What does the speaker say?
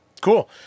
Cool